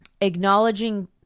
acknowledging